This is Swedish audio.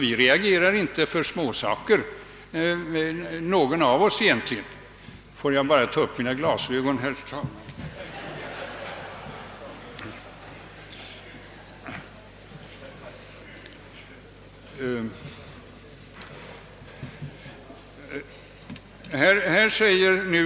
Ingen av oss reagerar egentligen för småsaker.